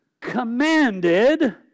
commanded